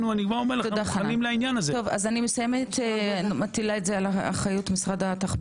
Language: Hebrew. אני מטילה את האחריות על משרד התחבורה.